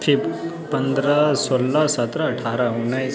fifth पनरह सोलह सतरह अठारह उनैस